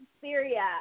Syria